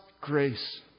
grace